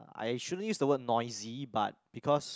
I should use the word noisy but because